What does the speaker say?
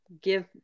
give